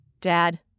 Dad